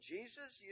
Jesus